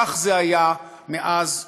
כך זה היה מאז ומעולם.